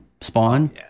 Spawn